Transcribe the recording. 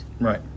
Right